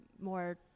more